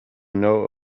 know